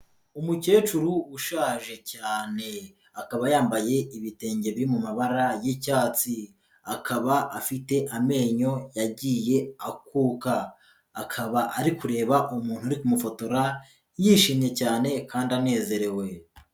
Umukecuru ushaje cyane, akaba yambaye ibitenge biri mu mabara y'icyatsi, akaba afite amenyo yagiye akuka, akaba ari kureba umuntu uri kumufotora yishimye cyane kandi anezerewe.